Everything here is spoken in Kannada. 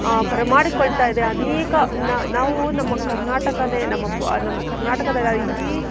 ಬರಮಾಡಿಕೊಳ್ತಾ ಇದೆ ಅನೇಕ ನಾವು ನಮ್ಮ ಕರ್ನಾಟಕನೇ ನಮ್ಮ ನಮ್ಮ ಕರ್ನಾಟಕದಲ್ಲ ಇಡೀ